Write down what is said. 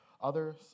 Others